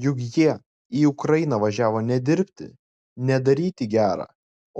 juk jie į ukrainą važiavo ne dirbti ne daryti gera